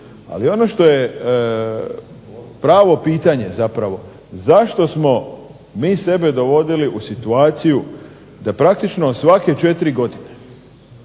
ali ono što je pravo pitanje zapravo zašto smo mi sebe dovodili u situaciju da praktično svake četiri godine